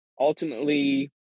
ultimately